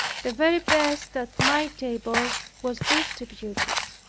the very best at my table was distributed.